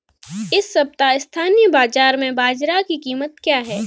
इस सप्ताह स्थानीय बाज़ार में बाजरा की कीमत क्या है?